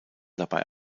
dabei